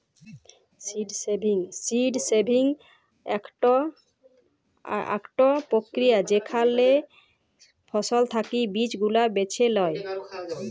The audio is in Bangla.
সীড সেভিং আকটা প্রক্রিয়া যেখালে ফসল থাকি বীজ গুলা বেছে লেয়